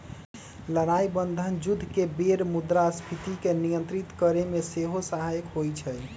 लड़ाइ बन्धन जुद्ध के बेर मुद्रास्फीति के नियंत्रित करेमे सेहो सहायक होइ छइ